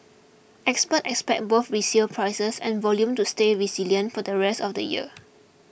experts expect both resale prices and volume to stay resilient for the rest of the year